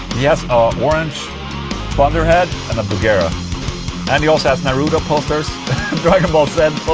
yeah ah a orange thunder head and a bugera and he also has naruto posters like ball